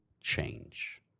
change